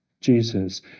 Jesus